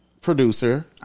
producer